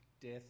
death